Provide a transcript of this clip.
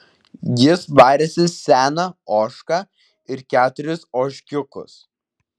jis varėsi seną ožką ir keturis ožkiukus